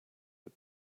but